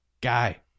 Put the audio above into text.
guy